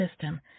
system